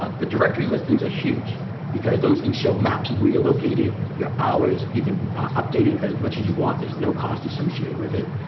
ah but directory listings are huge because those things show maps where you're located, your hours, you can update it as much as you want. there's no cost associated with it.